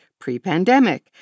pre-pandemic